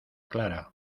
clara